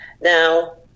Now